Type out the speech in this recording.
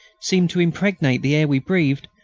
seemed to impregnate the air we breathed,